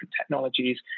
technologies